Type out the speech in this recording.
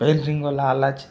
painting వాళ్ళు వాళ్ళు వచ్చి